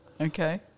Okay